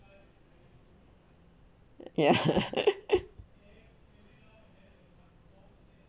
ya